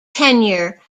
tenure